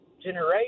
generation